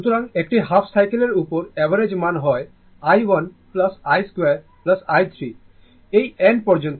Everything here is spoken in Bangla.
সুতরাং একটি হাফ সাইকেলের উপর অ্যাভারেজ মান হয় i1 I2 i3 এই n পর্যন্ত